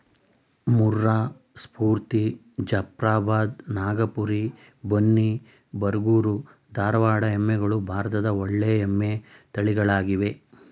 ಮುರ್ರಾ, ಸ್ಪೂರ್ತಿ, ಜಫ್ರಾಬಾದ್, ನಾಗಪುರಿ, ಬನ್ನಿ, ಬರಗೂರು, ಧಾರವಾಡ ಎಮ್ಮೆಗಳು ಭಾರತದ ಒಳ್ಳೆಯ ಎಮ್ಮೆ ತಳಿಗಳಾಗಿವೆ